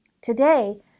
Today